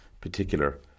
particular